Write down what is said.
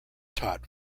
taught